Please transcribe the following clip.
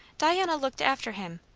diana looked after him,